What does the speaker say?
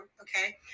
okay